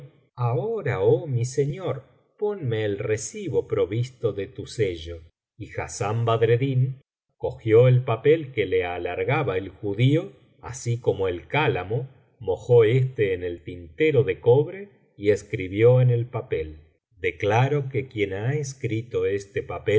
ahora oh mi señor ponme el recibo provisto de tu sello y hassán badreddin cogió el papel que le alargaba biblioteca valenciana generalitat valenciana historia del visir nukeddin no el judío así como el cálamo mojó éste en el tintero de cobre y escribió en el papel declaro que quien ha escrito este papel